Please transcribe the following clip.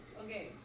Okay